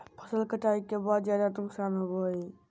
फसल कटाई के बाद ज्यादा नुकसान होबो हइ